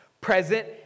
present